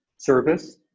service